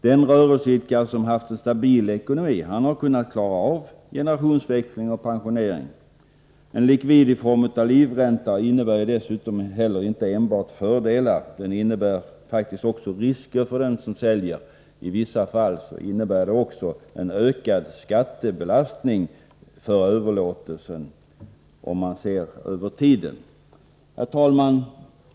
Den rörelseidkare som haft en stabil ekonomi har kunnat klara av generationsväxling och pensionering. Likvid i form av egendomslivränta innebär dessutom inte enbart fördelar. Den innebär faktiskt också risker för den som säljer, i vissa fall innebär den också en ökad skattebelastning över tiden. Herr talman!